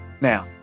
Now